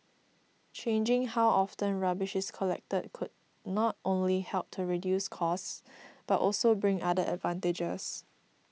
changing how often rubbish is collected could not only help to reduce costs but also bring other advantages